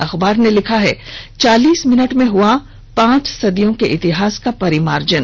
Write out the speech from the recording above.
अखबार ने लिखा है चालीस मिनट में हुआ पांच सदियों के इतिहास का परिमार्जन